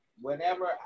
whenever